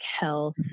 health